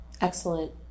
Excellent